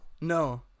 No